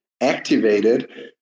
activated